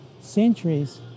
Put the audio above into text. centuries